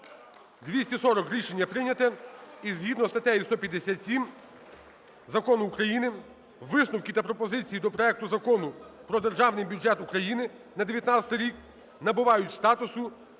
240. Рішення прийняте. (Оплески) І згідно з статтею 157 закону України висновки та пропозиції до проекту Закону про Державний бюджет України на 19-й рік набувають статусу